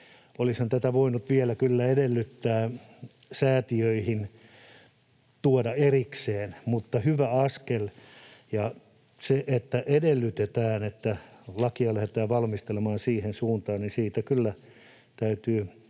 Olisihan tätä kyllä voinut vielä edellyttää tuotavaksi säätiöihin erikseen — mutta hyvä askel. Siitä, että edellytetään, että lakia lähdetään valmistelemaan siihen suuntaan, kyllä täytyy